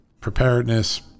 preparedness